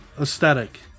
Aesthetic